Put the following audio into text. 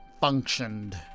functioned